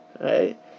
right